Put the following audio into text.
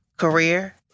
career